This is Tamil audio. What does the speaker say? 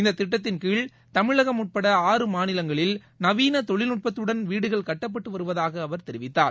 இந்த திட்டத்தின் கீழ் தமிழகம் உட்பட ஆறு மாநிலங்களில் நவீன தொழில்நுட்பத்துடன் வீடுகள் கட்டப்பட்டு வருவதாக அவர் கூறினார்